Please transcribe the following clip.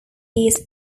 years